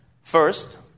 First